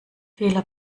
fehler